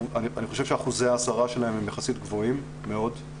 אני חושב שאחוזי ההסרה שלהם הם יחסית גבוהים מאוד.